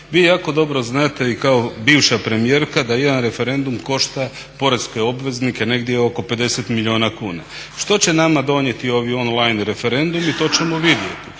Vi jako dobro znate i kao bivša premijerka, da jedan referendum košta poreske obveznike negdje oko 50 milijuna kuna. Što će nama donijeti ovi on-line referendumi to ćemo vidjeti.